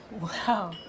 Wow